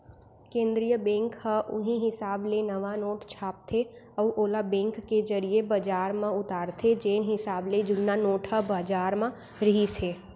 केंद्रीय बेंक ह उहीं हिसाब ले नवा नोट छापथे अउ ओला बेंक के जरिए बजार म उतारथे जेन हिसाब ले जुन्ना नोट ह बजार म रिहिस हे